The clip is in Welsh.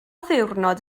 ddiwrnod